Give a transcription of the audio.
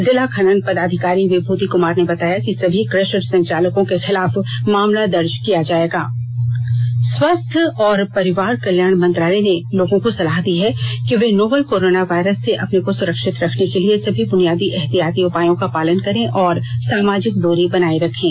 जिला खनन पदाधिकारी विभूति कुमार ने बताया कि सभी क्रशर संचालकों के खिलाफ मामला दर्ज किया जाएगा स्वास्थ्य और परिवार कल्याण मंत्रालय ने लोगों को सलाह दी है कि वे नोवल कोरोना वायरस से अपने को सुरक्षित रखने के लिए सभी बुनियादी एहतियाती उपायों का पालन करें और सामाजिक दूरी बनाए रखें